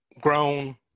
grown